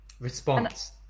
response